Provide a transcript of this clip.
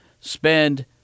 spend